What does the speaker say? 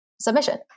submission